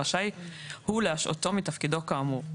רשאי הוא להשעותו מתפקידו כאמור,